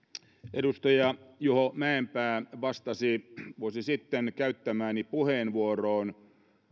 edustaja juha mäenpää vastasi vuosi sitten käyttämääni puheenvuoroon